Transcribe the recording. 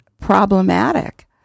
problematic